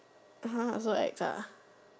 [aha] so ex ah